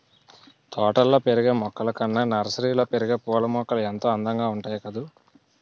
తోటల్లో పెరిగే మొక్కలు కన్నా నర్సరీలో పెరిగే పూలమొక్కలు ఎంతో అందంగా ఉంటాయి కదూ